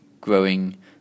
growing